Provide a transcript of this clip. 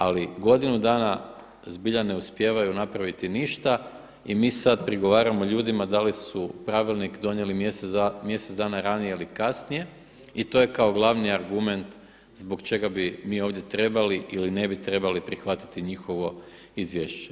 Ali godinu dana zbilja ne uspijevaju napraviti ništa i mi sada prigovaramo ljudima da li su pravilnik donijeli mjesec dana ranije ili kasnije i to je kao glavni argument zbog čega bi mi ovdje trebali ili ne bi trebali prihvatiti njihovo izvješće.